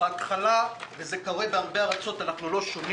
בהתחלה וזה קורה בהרבה ארצות, אנחנו לא שונים